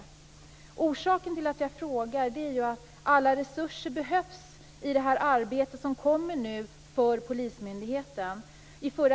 Anledningen till att jag frågar är att alla resurser behövs i det arbete som nu kommer för polismyndigheten.